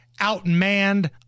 outmanned